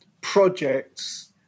projects